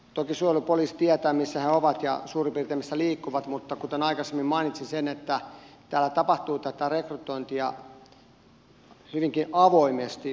toki suojelupoliisi tietää missä he ovat ja suurin piirtein missä liikkuvat mutta kuten aikaisemmin mainitsin täällä tapahtuu tätä rekrytointia hyvinkin avoimesti